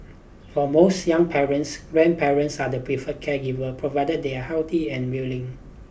for most young parents grandparents are the preferred caregiver provided they are healthy and willing